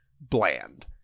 bland